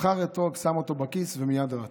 בחר אתרוג, שם אותו בכיס ומייד רץ.